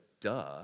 duh